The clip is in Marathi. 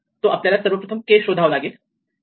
तो आपल्याला सर्वप्रथम k शोधावा लागेल